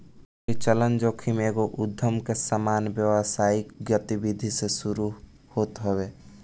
परिचलन जोखिम एगो उधम के सामान्य व्यावसायिक गतिविधि से शुरू होत हवे